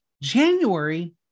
January